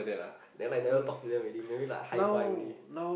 then like never talk to them already maybe like hi bye only